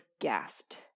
gasped